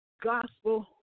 gospel